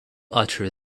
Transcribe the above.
utter